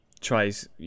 tries